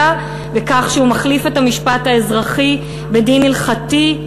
בכך שהוא מחליף את המשפט האזרחי בדין הלכתי,